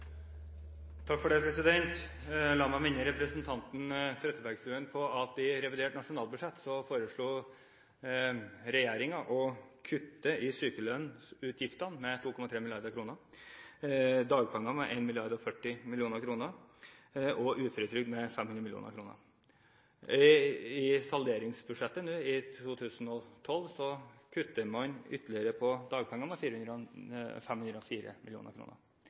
La meg minne representanten Trettebergstuen på at i revidert nasjonalbudsjett foreslo regjeringen å kutte i sykelønnsutgiftene med 2,3 mrd. kr, i dagpengene med 1,40 mrd. kr og i uføretrygden med 500 mill. kr. I salderingsbudsjettet i 2012 kutter man ytterligere i dagpengene, med